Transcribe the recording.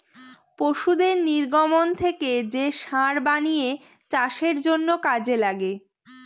পশুদের নির্গমন থেকে যে সার বানিয়ে চাষের জন্য কাজে লাগে